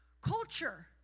culture